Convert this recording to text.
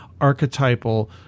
archetypal